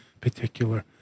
particular